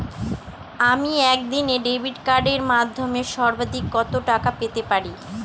আমি একদিনে ডেবিট কার্ডের মাধ্যমে সর্বাধিক কত টাকা পেতে পারি?